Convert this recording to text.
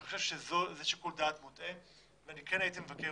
אני חושב שזה שיקול דעת מוטעה ואני כן הייתי מבקר